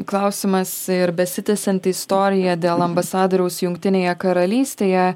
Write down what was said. klausimas ir besitęsianti istorija dėl ambasadoriaus jungtinėje karalystėje